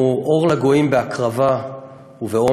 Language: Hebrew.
אנחנו אור לגויים בהקרבה ובאומץ,